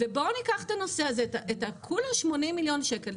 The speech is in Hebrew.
בואו ניקח את כל הנושא הזה של ה-80 מיליון שקל,